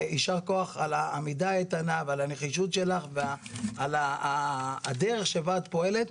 יישר כוח על העמידה האיתנה ועל הנחישות שלך ועל הדרך שבה את פועלת,